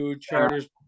Charter's